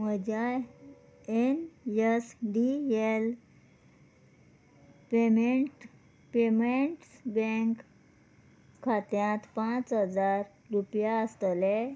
म्हज्या N S D L payment payments bank खात्यांत पांच हजार रुपया आसतले